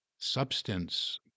Substance